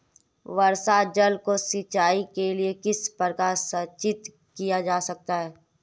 वर्षा जल को सिंचाई के लिए किस प्रकार संचित किया जा सकता है?